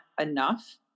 enough